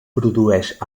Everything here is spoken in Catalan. produeix